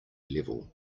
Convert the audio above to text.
level